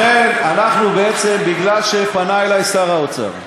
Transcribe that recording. לכן, מכיוון שפנה אלי שר האוצר,